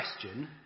question